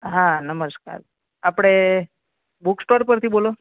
હા નમસ્કાર આપણે બૂક સ્ટોર પરથી બોલો